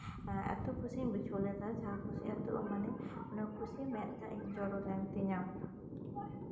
ᱮᱛᱚ ᱠᱩᱥᱤᱧ ᱵᱩᱡᱷᱟᱹᱣ ᱞᱮᱫᱟ ᱡᱟᱦᱟᱸ ᱠᱩᱞᱤ ᱟᱹᱛᱩᱜᱼᱟ ᱢᱟᱱᱮ ᱚᱱᱟ ᱠᱩᱥᱤ ᱛᱮ ᱢᱮᱫ ᱫᱟᱜ ᱡᱚᱨᱚ ᱞᱮᱱ ᱛᱤᱧᱟᱹ